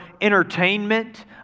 entertainment